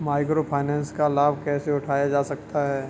Micro finance का लाभ कैसे उठाया जा सकता है?